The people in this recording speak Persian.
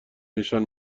نشان